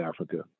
Africa